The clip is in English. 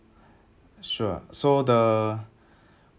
sure so the